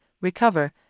recover